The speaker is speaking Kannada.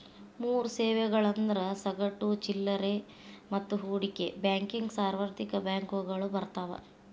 ಮೂರ್ ಸೇವೆಗಳಂದ್ರ ಸಗಟು ಚಿಲ್ಲರೆ ಮತ್ತ ಹೂಡಿಕೆ ಬ್ಯಾಂಕಿಂಗ್ ಸಾರ್ವತ್ರಿಕ ಬ್ಯಾಂಕಗಳು ಬರ್ತಾವ